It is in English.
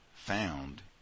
found